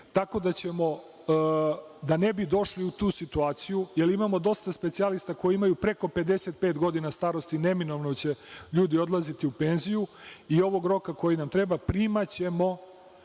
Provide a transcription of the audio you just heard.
treba da stekne. Da ne bi došli u tu situaciju, jer imamo dosta specijalista koji imaju preko 55 godina starosti, neminovno će ljudi odlaziti u penziju, i ovog roka koji nam treba, primaćemo